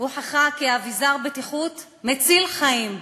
הוכחה כאביזר בטיחות מציל חיים.